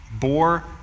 bore